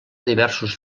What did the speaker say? diversos